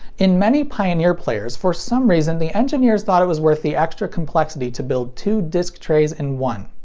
in many pioneer players, for some reason the engineers thought it was worth the extra complexity to build two disc trays in one.